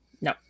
No